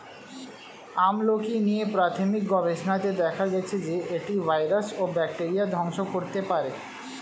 আমলকী নিয়ে প্রাথমিক গবেষণাতে দেখা গেছে যে, এটি ভাইরাস ও ব্যাকটেরিয়া ধ্বংস করতে পারে